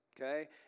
okay